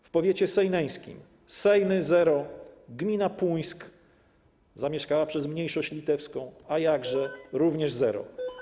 W powiecie sejneńskim: Sejny - zero, gmina Puńsk, zamieszkała przez mniejszość litewską, a jakże - również zero.